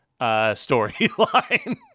storyline